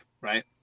right